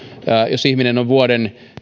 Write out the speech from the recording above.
jos ihminen on vuoden